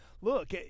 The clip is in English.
look